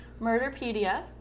Murderpedia